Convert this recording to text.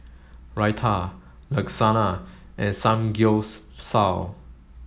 Raita Lasagna and Samgyeopsal